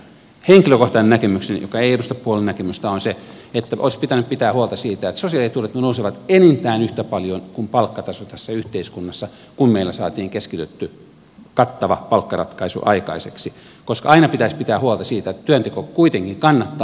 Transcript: henkilökohtainen näkemykseni joka ei edusta puolueen näkemystä on se että olisi pitänyt pitää huolta siitä että sosiaalietuudet nousevat enintään yhtä paljon kuin palkkataso tässä yhteiskunnassa kun meillä saatiin keskitetty kattava palkkaratkaisu aikaiseksi koska aina pitäisi pitää huolta siitä että työnteko kuitenkin kannattaa